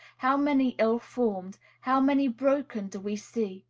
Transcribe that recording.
how many ill-formed, how many broken do we see!